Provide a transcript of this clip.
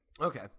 Okay